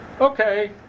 okay